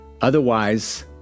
Otherwise